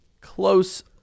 close